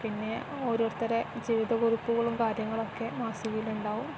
പിന്നെ ഓരോരുത്തരുടെ ജീവിത കുറിപ്പുകളും കാര്യങ്ങളൊക്കെ മാസികയിൽ ഉണ്ടാവും